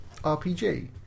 RPG